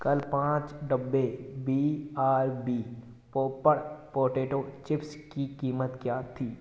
कल पाँच डब्बे बी आर बी पोप्पड़ पोटैटो चिप्स की क़ीमत क्या थी